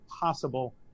possible